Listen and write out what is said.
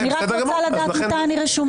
זאת סמכות אדירה וגורפת.